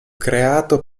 creato